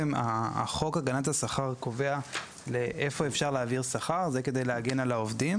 חוק הגנת השכר קובע להיכן אפשר להעביר שכר וזה כדי להגן על העובדים